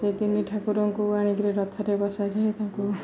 ସେ ତିନି ଠାକୁରଙ୍କୁ ଆଣି କରି ରଥରେ ବସାଯାଏ ତାଙ୍କୁ